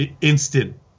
instant